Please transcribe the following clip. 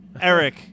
Eric